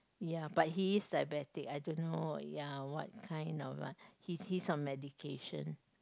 ya but he is diabetic I don't know ya what kind of uh he he's on medication